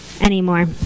anymore